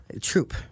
Troop